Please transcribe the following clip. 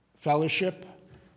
fellowship